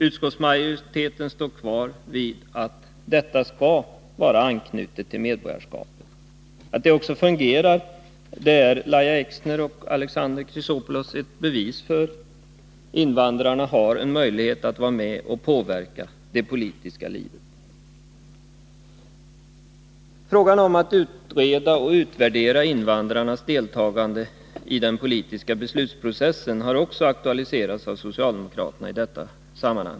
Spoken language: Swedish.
Utskottsmajoriteten står fast vid att rösträtten skall vara anknuten till medborgarskapet. Att det också fungerar är Lahja Exner och Alexander Chrisopoulos ett bevis för. Invandrarna har en möjlighet att vara med och påverka det politiska livet. Frågan om att utreda och utvärdera invandrarnas deltagande i den politiska beslutsprocessen har i detta sammanhang också aktualiserats av socialdemokraterna.